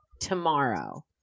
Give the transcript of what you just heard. tomorrow